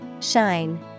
Shine